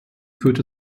führte